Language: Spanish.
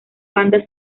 banda